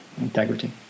integrity